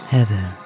Heather